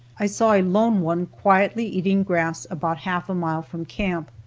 i saw a lone one quietly eating grass about half a mile from camp.